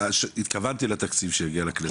התכוונתי לתקציב שיגיע לכנסת.